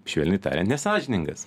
švelniai tariant nesąžiningas